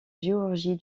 géorgie